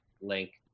Link